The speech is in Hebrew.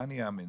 מה נהיה עם זה?